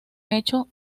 hecho